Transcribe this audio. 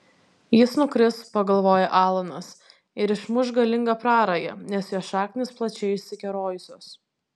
jis nukris pagalvojo alanas ir išmuš galingą prarają nes jo šaknys plačiai išsikerojusios